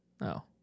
No